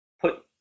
put